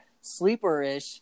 sleeper-ish